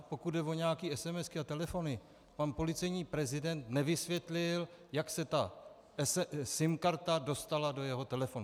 Pokud jde o nějaké esemesky a telefony, pan policejní prezident nevysvětlil, jak se ta SIM karta dostala do jeho telefonu.